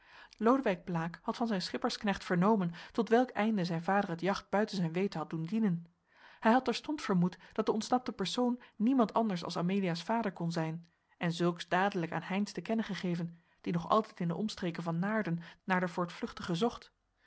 lodewijk blaek had van zijn schippersknecht vernomen tot welk einde zijn vader het jacht buiten zijn weten had doen dienen hij had terstond vermoed dat de ontsnapte persoon niemand anders als amelia's vader kon zijn en zulks dadelijk aan heynsz te kennen gegeven die nog altijd in de omstreken van naarden naar den voortvluchtige zocht